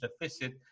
deficit